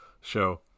show